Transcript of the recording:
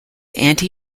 anti